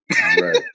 Right